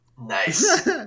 Nice